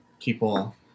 people